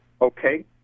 okay